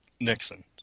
Nixon